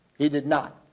he did not.